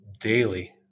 daily